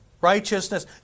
Righteousness